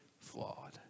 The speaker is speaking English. flawed